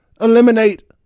eliminate